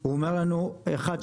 הוא אומר לנו אחת,